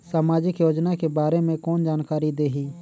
समाजिक योजना के बारे मे कोन जानकारी देही?